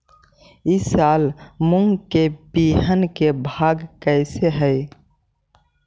ई साल मूंग के बिहन के भाव कैसे हई?